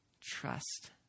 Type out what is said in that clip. trust